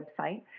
website